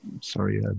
Sorry